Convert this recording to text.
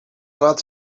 lat